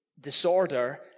disorder